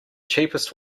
cheapest